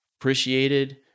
appreciated